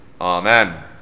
Amen